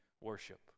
worship